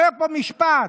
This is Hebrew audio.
אומר פה השופט משפט: